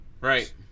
Right